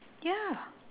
ya